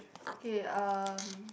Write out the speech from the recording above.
okay um